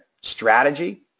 strategy